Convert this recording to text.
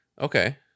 Okay